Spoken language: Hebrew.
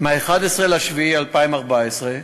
מ-11 ביולי 2014,